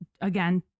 again